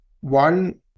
One